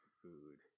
food